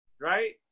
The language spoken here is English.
Right